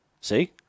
See